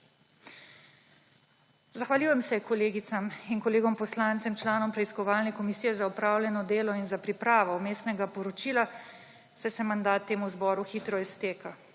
Zahvaljujem se kolegicam in kolegom poslancem članom preiskovalne komisije za opravljeno delo in za pripravo Vmesnega poročila, saj se mandat temu zboru hitro izteka.